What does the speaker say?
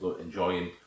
enjoying